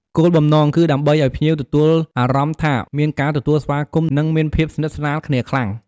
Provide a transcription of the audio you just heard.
គោលបំណង គឺដើម្បីឱ្យភ្ញៀវទទួលអារម្មណ៍ថាមានការទទួលស្វាគមន៍ និងមានភាពស្និទ្ធស្នាលគ្នាខ្លាំង។